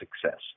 success